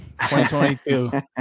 2022